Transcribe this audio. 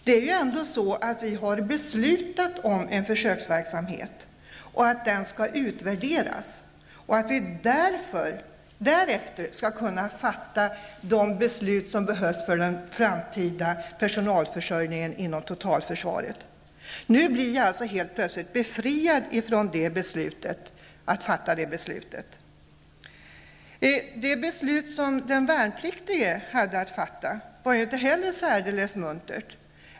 Vi har ju ändå beslutat om en försöksverksamhet och att den skall utvärderas så att vi därefter skall kunna fatta de beslut som behövs för den framtida personalförsörjningen inom totalförsvaret. Nu blir vi helt plötsligt befriade från att fatta det beslutet. Det beslut som den värnpliktige hade att fatta var inte heller särdeles muntert.